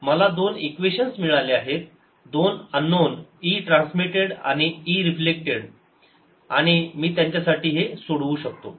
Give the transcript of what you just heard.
मला दोन इक्वेशन्स मिळाले आहेत दोन अननोन e ट्रान्समिटेड आणि e रिफ्लेक्टेड आणि मी त्यांच्यासाठी सोडवू शकतो